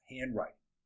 Handwriting